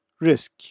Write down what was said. risk